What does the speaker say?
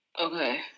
Okay